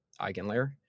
Eigenlayer